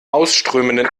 ausströmenden